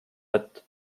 vett